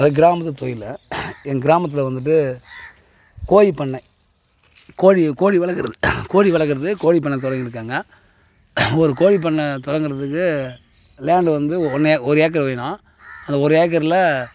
அதாவது கிராமத்து தொழிலில் எங்கள் கிராமத்தில் வந்துட்டு கோழிப்பண்ணை கோழி கோழி வளர்க்குறது கோழி வளர்க்குறது கோழிப்பண்ணை தொடங்கி இருக்காங்க ஒரு கோழிப்பண்ணை தொடங்குறதுக்கு லேண்டு வந்து ஒன்னே ஒரு ஏக்கர் வேணும் அந்த ஒரு ஏக்கரில்